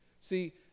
See